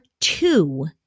two